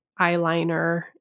eyeliner